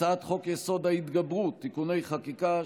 הצעת חוק-יסוד: ההתגברות (תיקוני חקיקה),